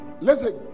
Listen